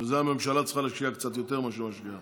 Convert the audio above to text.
בזה הממשלה צריכה להשקיע קצת יותר ממה שהיא משקיעה.